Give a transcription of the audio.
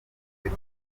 ruzi